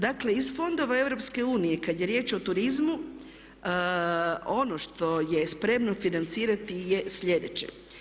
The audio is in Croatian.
Dakle iz fondova EU kada je riječ o turizmu ono što je spremno financirati je sljedeće.